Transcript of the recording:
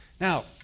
Now